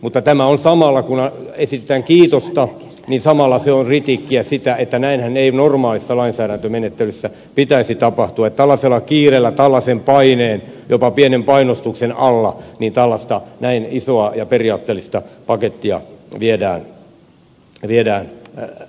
mutta samalla kun esitetään kiitosta se on kritiikkiä sitä kohtaan että näinhän ei normaalissa lainsäädäntömenettelyssä pitäisi tapahtua että tällaisella kiireellä tällaisen paineen jopa pienen painostuksen alla näin isoa ja periaatteellista pakettia viedään läpi